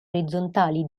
orizzontali